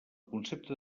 concepte